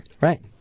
Right